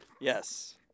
Yes